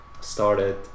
started